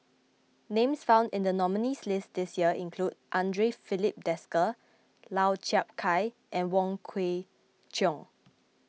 names found in the nominees' list this year include andre Filipe Desker Lau Chiap Khai and Wong Kwei Cheong